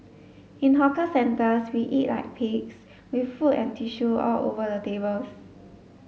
in hawker centres we eat like pigs with food and tissue all over the tables